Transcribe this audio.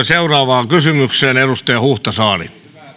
seuraavaan kysymykseen edustaja huhtasaari